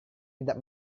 tidak